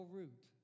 root